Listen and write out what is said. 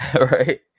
Right